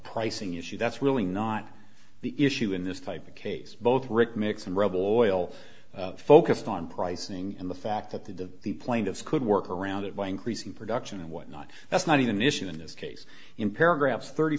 pricing issue that's really not the issue in this type of case both rick mix and rebel oil focused on pricing and the fact that the the plaintiffs could work around it by increasing production and what not that's not even issued in this case in paragraphs thirty